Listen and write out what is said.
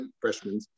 freshmen